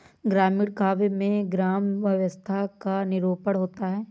ग्रामीण काव्य में ग्राम्य व्यवस्था का निरूपण होता है